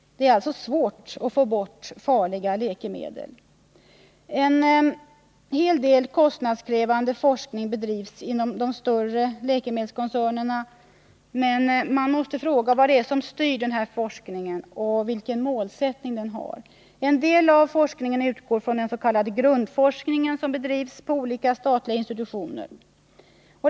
Det är alltså svårt att få bort farliga läkemedel. En hel del kostnadskrävande forskning bedrivs inom de större läkemedelskoncernerna, men man måste fråga vad det är som styr denna forskning och vilken målsättning den har. En del av forskningen utgår från den s.k. grundforskning som bedrivs på olika statliga institutioner.